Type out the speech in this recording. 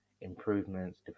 improvements